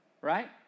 right